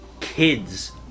kids